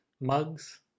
mugs